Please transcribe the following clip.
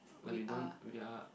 like we don't we are